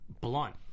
Blunt